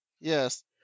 yes